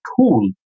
tool